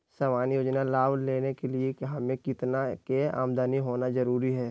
सामान्य योजना लाभ लेने के लिए हमें कितना के आमदनी होना जरूरी है?